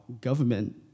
government